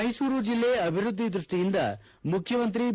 ಮೈಸೂರು ಜಿಲ್ಲೆ ಅಭಿವೃದ್ದಿ ದೃಷ್ಟಿಯಿಂದ ಮುಖ್ಯಮಂತ್ರಿ ಬಿ